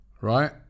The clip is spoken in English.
right